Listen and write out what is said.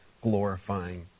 glorifying